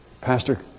Pastor